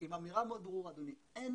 עם אמירה ברורה,